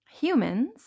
humans